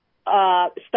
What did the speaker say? stop